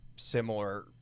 similar